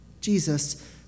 Jesus